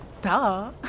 Duh